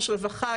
רווחה,